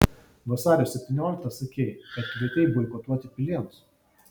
vasario septynioliktą sakei kad kvietei boikotuoti pilėnus